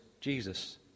Jesus